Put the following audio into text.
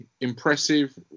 impressive